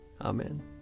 Amen